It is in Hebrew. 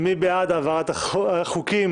העברת החוקים